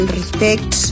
respect